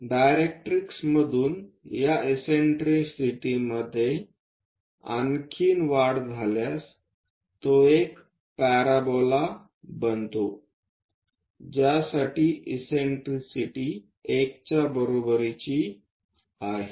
डायरेक्ट्रिक्समधून या इससेन्ट्रिसिटीमध्ये आणखी वाढ झाल्यास तो एक पॅराबोला बनतो ज्यासाठी इससेन्ट्रिसिटी 1 च्या बरोबरीची आहे